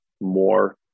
more